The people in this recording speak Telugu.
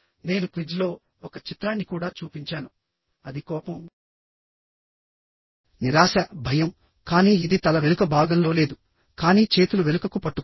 నేను క్విజ్ లో ఒక చిత్రాన్ని కూడా చూపించాను అది కోపం నిరాశ భయం కానీ ఇది తల వెనుక భాగంలో లేదు కానీ చేతులు వెనుకకు పట్టుకున్నాయి